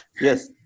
Yes